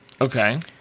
Okay